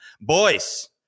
boys